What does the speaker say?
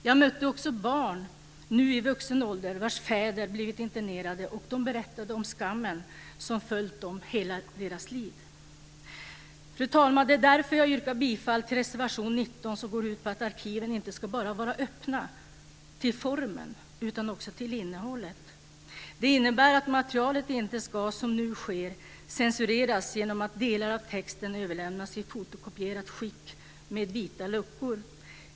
Jag mötte också barn, nu i vuxen ålder, vars fäder blivit internerade, och de berättade om skammen som följt dem hela deras liv. Fru talman! Det är därför jag yrkar bifall till reservation 19 som går ut på att arkiven inte bara ska vara öppna till formen utan också till innehållet. Det innebär att materialet inte ska, som nu sker, censureras genom att delar av texten överlämnas i fotokopierat skick med "vita" luckor.